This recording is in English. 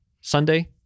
Sunday